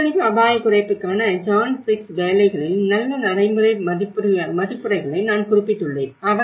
பேரழிவு அபாயக் குறைப்புக்கான ஜான் ட்விக்ஸ் வேலைகளில் நல்ல நடைமுறை மதிப்புரைகளை நான் குறிப்பிட்டுள்ளேன்